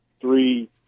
three